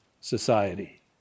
society